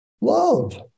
Love